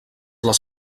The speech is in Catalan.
les